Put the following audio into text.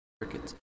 Crickets